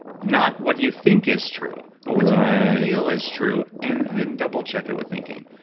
not what do you think is true, but what you feel is true and then double check it with thinking.